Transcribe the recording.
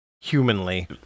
humanly